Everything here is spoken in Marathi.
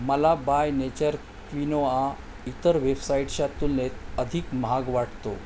मला बाय नेचर क्विनोआ इतर वेबसाईटच्या तुलनेत अधिक महाग वाटतो